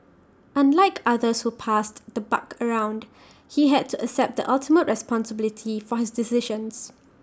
unlike others who passed the buck around he had to accept the ultimate responsibility for his decisions